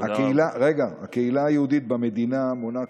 הקהילה היהודית במדינה מונה,